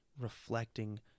reflecting